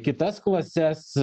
kitas klases